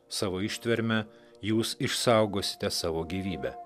savo ištverme jūs išsaugosite savo gyvybę